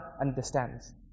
understands